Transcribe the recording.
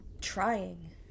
trying